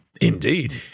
Indeed